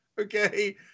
okay